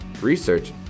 research